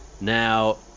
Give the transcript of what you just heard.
now